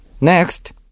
next